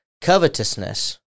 covetousness